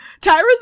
Tyra's